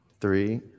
three